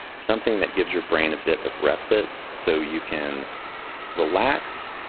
something that gives your brain a bit of respite, so you can relax,